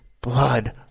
blood